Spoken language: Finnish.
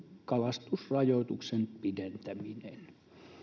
kalastusrajoituksen pidentäminen